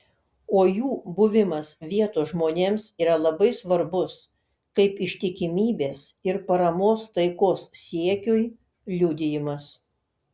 o jų buvimas vietos žmonėms yra labai svarbus kaip ištikimybės ir paramos taikos siekiui liudijimas